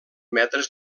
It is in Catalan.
metres